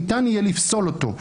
ניתן יהיה לפסול אותו.